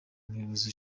umuyobozi